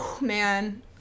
man